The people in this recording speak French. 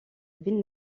ville